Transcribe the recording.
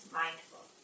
mindful